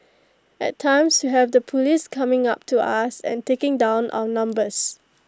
at times we have the Police coming up to us and taking down our numbers